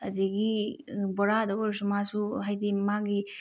ꯑꯗꯒꯤ ꯕꯣꯔꯥꯗ ꯑꯣꯏꯔꯁꯨ ꯃꯥꯁꯨ ꯍꯥꯏꯗꯤ ꯃꯥꯒꯤ